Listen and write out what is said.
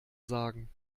sagen